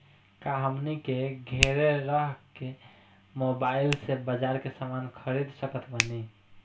का हमनी के घेरे रह के मोब्बाइल से बाजार के समान खरीद सकत बनी?